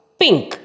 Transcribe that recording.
pink